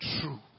true